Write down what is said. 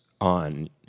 on